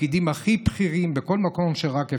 בתפקידים הכי בכירים בכל מקום שרק אפשר,